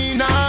now